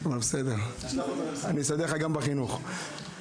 נסדר לך גם בחינוך.